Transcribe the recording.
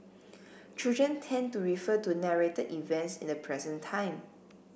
children tend to refer to narrated events in the present time